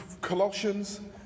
Colossians